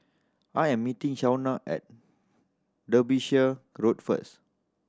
I am meeting Shawna at Derbyshire Road first